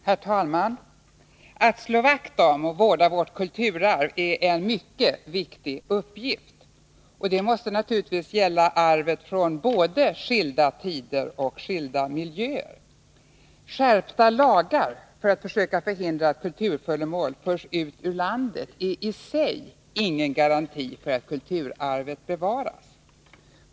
Herr talman! Att slå vakt om och vårda vårt kulturarv är en mycket viktig uppgift. Det måste naturligtvis gälla arvet från både skilda tider och skilda miljöer. Skärpta lagar för att söka förhindra att kulturföremål förs ut ur landet är i sig ingen garanti för att kulturarvet bevaras.